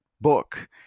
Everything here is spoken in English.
book